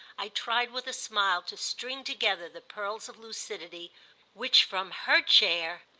i tried with a smile to string together the pearls of lucidity which, from her chair,